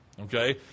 okay